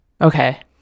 Okay